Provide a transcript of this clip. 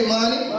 money